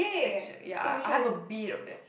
texture ya I have a bit of that